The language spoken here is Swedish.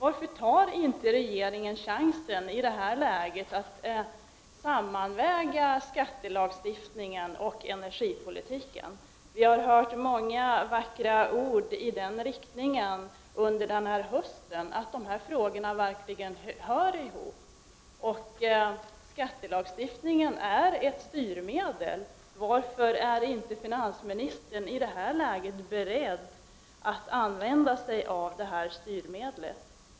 Varför tar inte regeringen i detta läge chansen att sammanväga skattelagstiftningen och energipolitiken? Vi har under den gångna hösten hört många vackra ord om att dessa frågor verkligen hör ihop och om att skattelagstiftningen skall vara ett styrmedel. Varför är inte finansministern beredd att använda detta styrmedel?